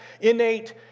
innate